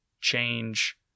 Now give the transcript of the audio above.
Change